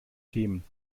themen